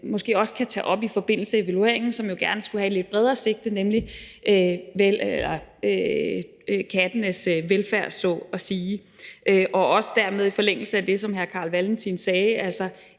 måske også kan tage op i forbindelse med evalueringen, som jo gerne skulle have et lidt bredere sigte, nemlig kattenes velfærd, så at sige. Og også dermed, i forlængelse af det, som hr. Carl Valentin sagde, en